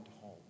home